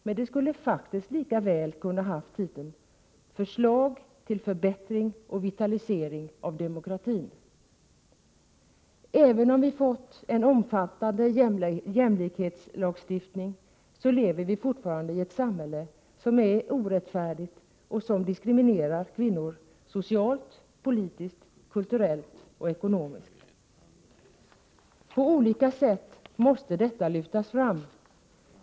Men det skulle faktiskt lika väl kunna ha haft titeln Förslag till förbättring och vitalisering av demokratin. Även om vi fått en omfattande jämställdhetslagstiftning, lever vi fortfarande i ett samhälle som är orättfärdigt och som diskriminerar kvinnor socialt, politiskt, kulturellt och ekonomiskt. På olika sätt måste detta lyftas fram.